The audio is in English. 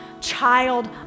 child